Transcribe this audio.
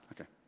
Okay